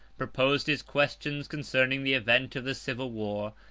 proposed his questions concerning the event of the civil war,